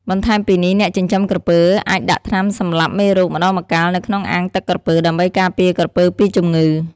បន្ថែមពីនេះអ្នកចិញ្ចឹមក្រពើអាចដាក់ថ្នាំសម្លាប់មេរោគម្តងម្កាលនៅក្នុងអាងទឹកក្រពើដើម្បីការពារក្រពើពីជំងឺ។